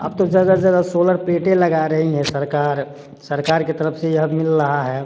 अब तो जगह जगह सोलर प्लेटें लगा रही है सरकार सरकार की तरफ से ये मिल रहा है